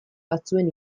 batzuen